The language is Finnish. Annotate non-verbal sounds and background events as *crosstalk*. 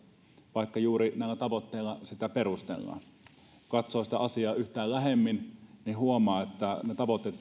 vaikka juuri näillä tavoitteilla sitä perustellaan kun katsoo asiaa yhtään lähemmin niin huomaa että tavoitteet *unintelligible*